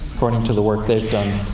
according to the work they've done.